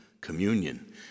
communion